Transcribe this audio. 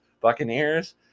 Buccaneers